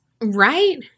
Right